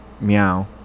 meow